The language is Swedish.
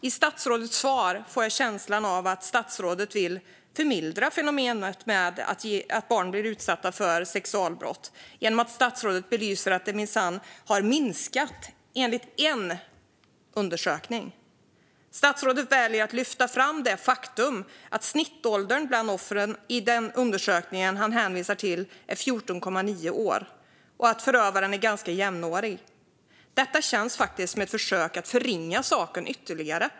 Av statsrådets svar får jag känslan av att statsrådet vill förmildra fenomenet att barn blir utsatta för sexualbrott genom att statsrådet belyser att det minsann har minskat enligt en undersökning. Statsrådet väljer att lyfta fram det faktum att snittåldern bland offren i den undersökning han hänvisar till är 14,9 år och att förövaren är ganska jämnårig. Detta känns faktiskt som ett försök att förringa saken ytterligare.